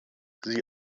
the